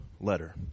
letter